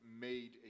made